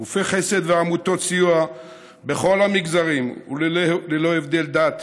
גופי חסד ועמותות סיוע בכל המגזרים וללא הבדלי דת,